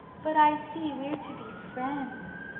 but i see we're to be friends.